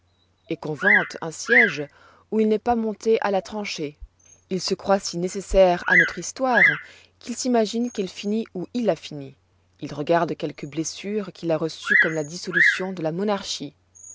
ou qu'on vante un siège où il n'ait pas monté à la tranchée il se croit si nécessaire à notre histoire qu'il s'imagine qu'elle finit où il a fini il regarde quelques blessures qu'il a reçues comme la dissolution de la monarchie